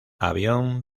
avión